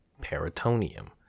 peritoneum